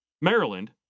Maryland